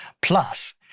Plus